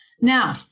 Now